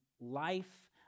life